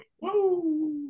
Woo